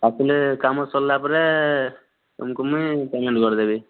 ଆସିଲେ କାମ ସରିଲା ପରେ ତୁମକୁ ମୁଇଁ ପେମେଣ୍ଟ କରିଦେବି